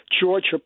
Georgia